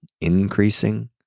increasing